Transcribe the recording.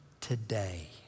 today